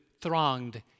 thronged